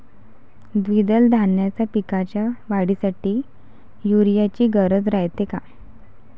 द्विदल धान्याच्या पिकाच्या वाढीसाठी यूरिया ची गरज रायते का?